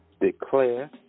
declare